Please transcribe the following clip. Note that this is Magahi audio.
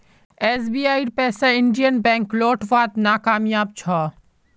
एसबीआईर पैसा इंडियन बैंक लौटव्वात नाकामयाब छ